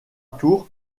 tour